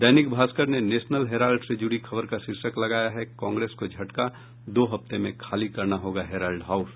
दैनिक भास्कर ने National Herald से जुड़ी खबर का शीर्षक लगाया है कांग्रेस को झटका दो हफ्ते में खाली करना होगा हेराल्ड हाउस